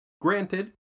granted